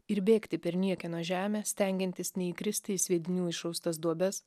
ir bėgti per niekieno žemę stengiantis neįkristi į sviedinių išraustas duobes